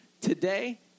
today